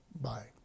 bye